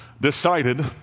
decided